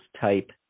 type